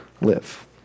live